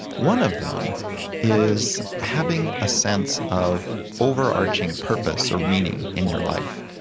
one of them is having a sense of overarching purpose or meaning in your life.